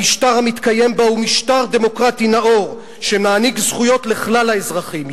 המשטר המתקיים בה הוא משטר דמוקרטי נאור שמעניק זכויות לכלל האזרחים,